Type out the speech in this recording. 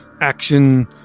action